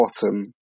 bottom